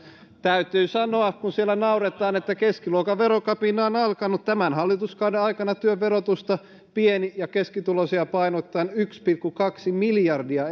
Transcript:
kun siellä nauretaan niin täytyy sanoa että keskiluokan verokapina on alkanut tämän hallituskauden aikana työn verotusta on pieni ja keskituloisia painottaen yksi pilkku kaksi miljardia